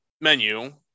menu